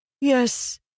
Yes